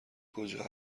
کجا